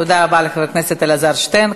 תודה רבה לחבר הכנסת אלעזר שטרן.